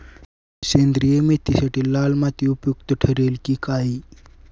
सेंद्रिय मेथीसाठी लाल माती उपयुक्त ठरेल कि काळी?